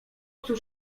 cóż